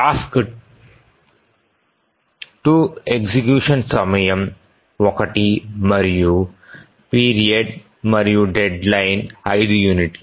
task 2 execution సమయం 1 మరియు period మరియు డెడ్లైన్ 5 యూనిట్లు